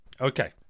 Okay